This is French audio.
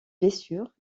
blessure